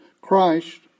Christ